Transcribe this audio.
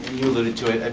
you alluded to it, and